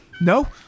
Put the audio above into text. No